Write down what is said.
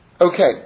Okay